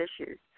issues